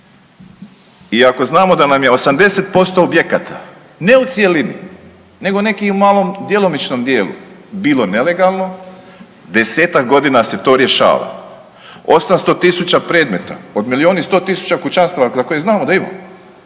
Iako znamo da nam je 80% objekata ne u cjelini nego neki u malom djelomičnom djelu bilo nelegalno, desetak godina se to rješava. Osamsto tisuća predmeta od milijun i sto tisuća kućanstava za koje znamo da imamo